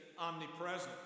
omnipresent